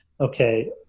okay